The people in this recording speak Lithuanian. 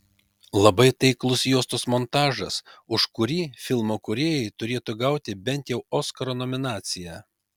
labai taiklus juostos montažas už kurį filmo kūrėjai turėtų gauti bent jau oskaro nominaciją